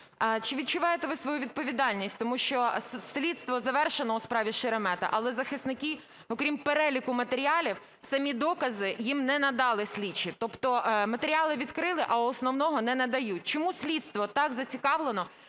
Чи відчуваєте ви свою відповідальність? Тому що слідство завершено у справі Шеремета. Але захисники, окрім переліку матеріалів, самі докази їм не надали слідчі. Тобто матеріали відкрили, а основного не надають. Чому слідство так зацікавлено